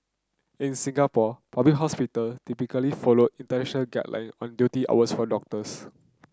in Singapore public hospital typically follow international guideline on duty hours for doctors